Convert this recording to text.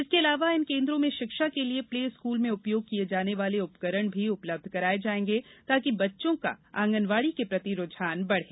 इसके अलावा इन केंद्रों में षिक्षा के लिए प्ले स्कूल में उपयोग किए जाने वाले उपकरण भी उपलब्ध कराये जाएंगे ताकि बच्चों का आंगनवाड़ी के प्रति रुझान बढ़े